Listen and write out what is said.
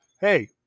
hey